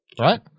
right